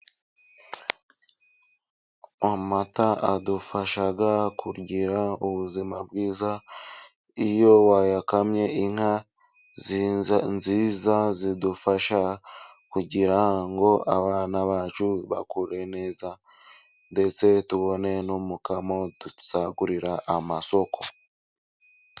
Amata adufasha kugira ubuzima bwiza, iyo wayakamye inka nziza zidufasha kugira ngo abana bacu bakure neza, ndetse tubone no gusagurira isoko.